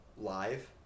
live